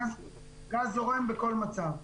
גז זורם בכל מצב.